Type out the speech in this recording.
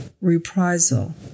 reprisal